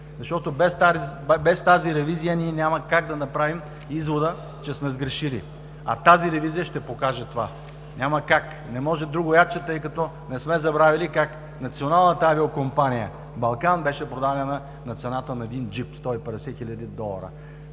защото без тази ревизия ние няма как да направим извода, че сме сгрешили, а тази ревизия ще покаже това. Няма как, не може другояче, тъй като не сме забравили как Националната авиокомпания „Балкан“ беше продадена на цената на един джип – 150 хил. долара.